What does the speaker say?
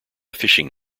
fishing